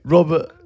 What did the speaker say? Robert